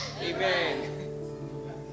Amen